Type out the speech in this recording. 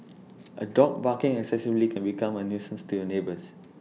A dog barking excessively can become A nuisance to your neighbours